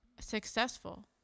successful